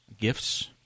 gifts